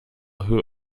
who